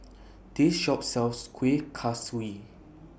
This Shop sells Kueh Kaswi